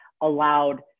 allowed